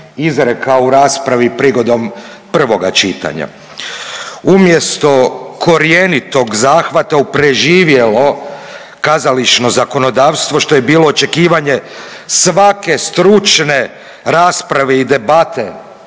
izrekao u raspravi prigodom prvoga čitanja. Umjesto korjenitog zahvata u preživjelo kazališno zakonodavstvo što je bilo očekivanje svake stručne rasprave i debate